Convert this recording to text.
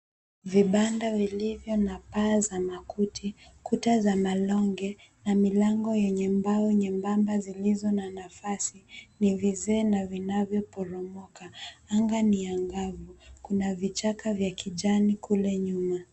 Vibanda vilivyo na paa za makuti, kuta za malonge na milango yenye mbao nyembamba zilizo na nafasi, ni vizee na vinavyoporomoka. Anga ni angavu. Kuna vichaka vya kijani kule nyuma.